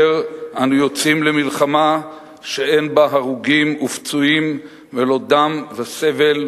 אומר: אנו יוצאים למלחמה שאין בה הרוגים ופצועים ולא דם וסבל.